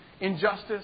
injustice